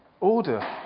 Order